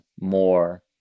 more